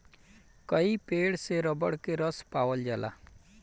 कई पेड़ से रबर के रस पावल जाला